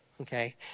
okay